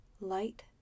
Light